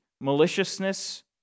maliciousness